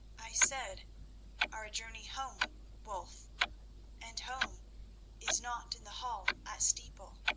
i said our journey home wulf and home is not in the hall at steeple,